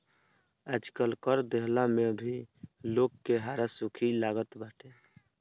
आजकल कर देहला में भी लोग के हारा हुसी लागल बाटे